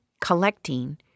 collecting